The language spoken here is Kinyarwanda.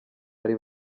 hari